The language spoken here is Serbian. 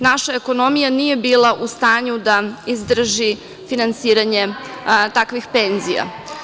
Naša ekonomija nije bila u stanju da izdrži finansiranje takvih penzija.